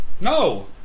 No